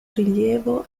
rilievo